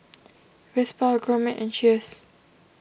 Vespa Gourmet and Cheers